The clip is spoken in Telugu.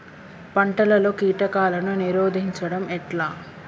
పంటలలో కీటకాలను నిరోధించడం ఎట్లా?